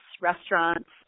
restaurants